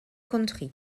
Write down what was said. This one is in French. country